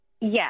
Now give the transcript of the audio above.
Yes